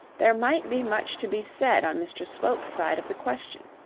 there might be much to be said on mr slope's side of the question.